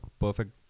perfect